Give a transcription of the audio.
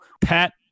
Pat